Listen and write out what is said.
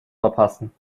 verpassen